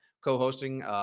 co-hosting